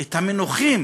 את המינוחים